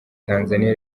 tanzania